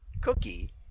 cookie